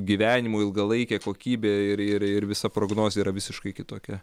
gyvenimo ilgalaikė kokybė ir ir ir visa prognozė yra visiškai kitokia